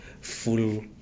full